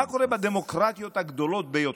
מה קורה בדמוקרטיות הגדולות ביותר?